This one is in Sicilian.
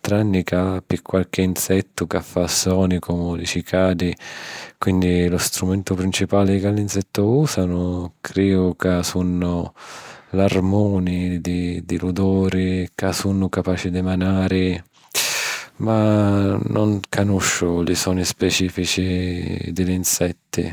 tranni ca pi quarchi nsettu ca fa soni comu li cicadi quinni lu strumentu principali ca l'insetti ùsanu criu ca sunnu l'armunìi di l'oduri ca sunnu capaci di emanari... Ma non canusciu li soni spicìfici di l'insetti